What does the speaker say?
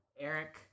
Eric